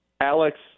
Alex